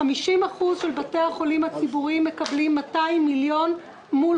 50% של בתי החולים הציבוריים מקבלים 200 מיליון מול